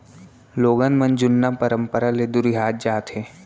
लोगन मन जुन्ना परंपरा ले दुरिहात जात हें